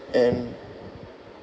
and